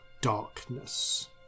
darkness